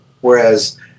Whereas